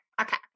Okay